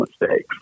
mistakes